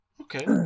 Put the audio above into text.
Okay